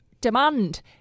demand